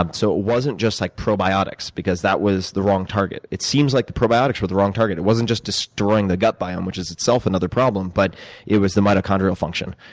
um so it wasn't just like probiotics because that was the wrong target. it seems like the probiotics were the wrong target. it wasn't just destroying the gut biome, which is itself another problem, but it was the mitochondrial function,